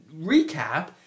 recap